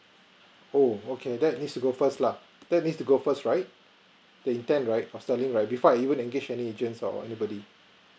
oh okay that's need to go first lah that's need to go first right the intend right was selling right before I even engage any agents or anybody